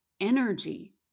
Energy